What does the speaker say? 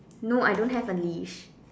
no I don't have a leash